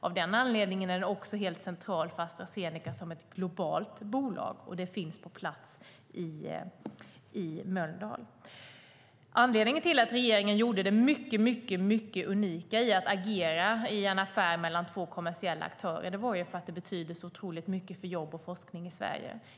Av den anledningen är det också helt centralt för Astra Zeneca som ett globalt bolag. Det finns alltså på plats i Mölndal. Anledningen till att regeringen gjorde det mycket unika att agera i en affär mellan två kommersiella aktörer var för att det betyder så mycket för jobb och forskning i Sverige.